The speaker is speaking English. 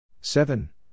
Seven